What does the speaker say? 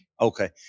Okay